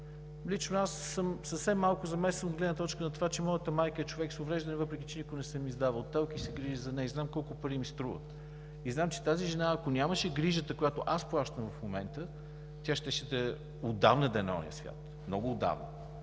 Лично аз съм съвсем малко замесен от гледна точка на това, че моята майка е човек с увреждане, въпреки че никога не съм издавал ТЕЛК и се грижа за нея, и знам колко пари ми струва. И знам, че тази жена, ако нямаше грижата, която плащам в момента, отдавна щеше да е на оня свят, много отдавна.